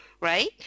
right